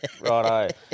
Righto